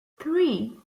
three